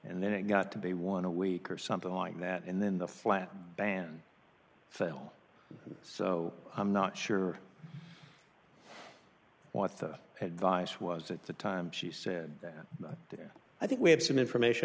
and then it got to be one a week or something like that and then the flat ban failed so i'm not sure what the advice was at the time she said that i think we have some information